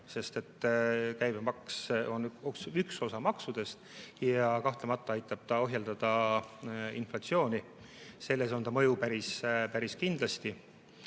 sest käibemaks on üks osa maksudest, ja kahtlemata aitab ta ohjeldada inflatsiooni, selles on ta mõju päris kindlasti.